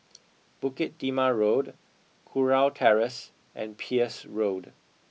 Bukit Timah Road Kurau Terrace and Peirce Road